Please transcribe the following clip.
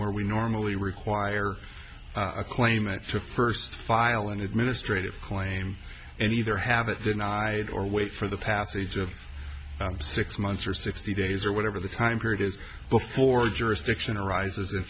where we normally require a claimant to first file an administrative claim and either have it denied or wait for the passage of six months or sixty days or whatever the time period is before jurisdiction arises